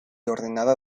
ordenada